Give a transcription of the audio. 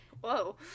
whoa